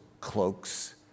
cloaks